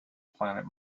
planet